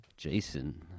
Jason